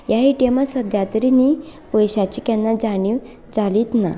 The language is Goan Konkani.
ह्या ए टी एमांत सद्दा तरी न्हय पयश्यांची केन्ना जाणीव जालीच ना